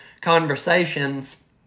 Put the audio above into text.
conversations